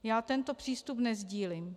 Já tento přístup nesdílím.